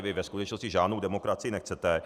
Vy ve skutečnosti žádnou demokracii nechcete.